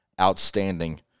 outstanding